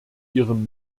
ihrem